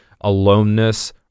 aloneness